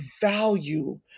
value